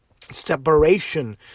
separation